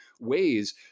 ways